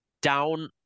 down